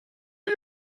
mir